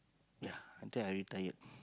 ya until I retired